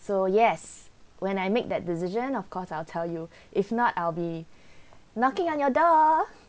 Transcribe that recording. so yes when I make that decision of course I'll tell you if not I'll be knocking on your door